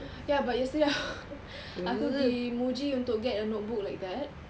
ya but yesterday I aku gi Muji untuk get a notebook like that